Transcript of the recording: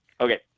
okay